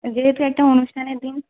যেহেতু একটা অনুষ্ঠানের দিন